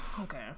okay